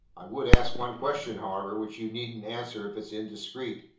i would ask one question, however, which you needn't answer if it's indiscreet.